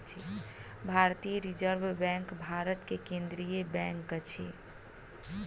भारतीय reserve bank Bharat के केंद्रीय बैंक अछि